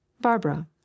Barbara